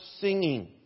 singing